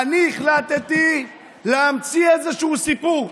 אני החלטתי להמציא איזשהו סיפור,